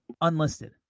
unlisted